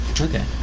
Okay